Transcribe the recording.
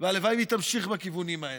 והלוואי והיא תימשך בכיוונים האלה,